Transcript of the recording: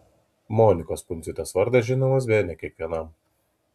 monikos pundziūtės vardas žinomas bene kiekvienam